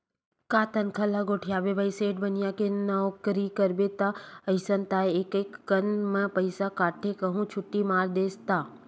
का तनखा ल गोठियाबे भाई सेठ बनिया के नउकरी करबे ता अइसने ताय एकक कन म पइसा काटथे कहूं छुट्टी मार देस ता